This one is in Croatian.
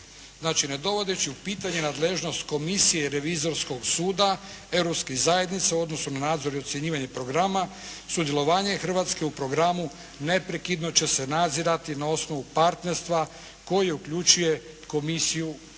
Znači, ne dovodeći u pitanje nadležnost komisije Revizorskog suda Europskih zajednica u odnosu na nadzor i ocjenjivanje programa, sudjelovanje Hrvatske u programu neprekidno će se nadzirati na osnovu partnerstva koji uključuje komisiju i Hrvatsku